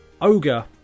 ogre